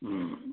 ह्म्म